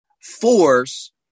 force